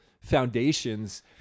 foundations